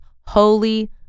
holy